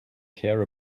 care